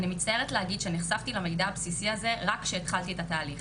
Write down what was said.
אני מצטערת להגיד שנחשפתי למידע הבסיסי הזה רק כשהתחלתי את התהליך,